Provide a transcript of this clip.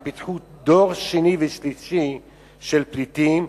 ופיתחו דור שני ושלישי של פליטים,